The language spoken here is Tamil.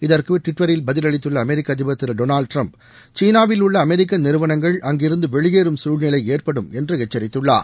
இதற்கு டுவிட்டரில் பதிலளித்துள்ள அமெரிக்க அதிபர் திரு டெனால்டு டிரம்ப் சீனாவிலுள்ள அமெரிக்க நிறுவனங்கள் அங்கிருந்து வெளியேறும் சூழ்நிலை ஏற்படும் என்று எச்சரித்துள்ளார்